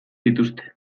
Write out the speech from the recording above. dituzte